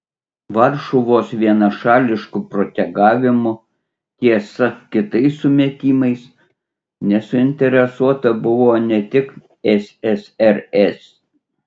varšuvos vienašališku protegavimu tiesa kitais sumetimais nesuinteresuota buvo ne tik ssrs